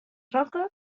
roca